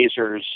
lasers